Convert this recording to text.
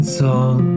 song